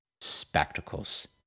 spectacles